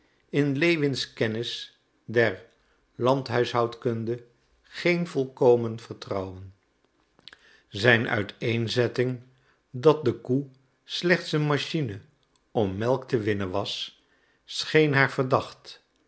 in lewins kennis der landhuishoudkunde geen volkomen vertrouwen zijn uiteenzetting dat de koe slechts een machine om melk te winnen was scheen haar verdacht